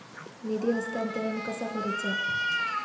निधी हस्तांतरण कसा करुचा?